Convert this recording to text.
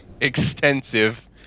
extensive